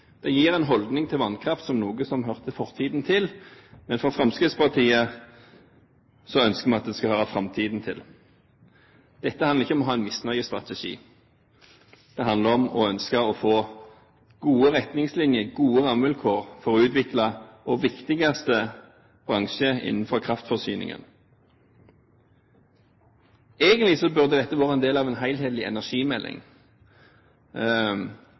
Det er en holdning til vannkraft som om det hørte fortiden til, men Fremskrittspartiet ønsker at det skal høre framtiden til. Dette handler ikke om å ha en misnøyestrategi. Det handler om å ønske å få gode retningslinjer og gode rammevilkår for å utvikle vår viktigste bransje innenfor kraftforsyningen. Egentlig burde dette vært en del av en helhetlig energimelding.